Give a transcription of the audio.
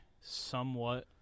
somewhat